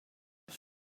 das